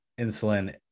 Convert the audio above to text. insulin